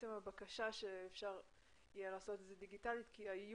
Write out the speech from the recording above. פריט 66 הוא לגבי עצם הבקשה שיהיה אפשר לעשות את זה דיגיטלית כי העיון,